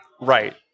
right